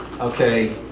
okay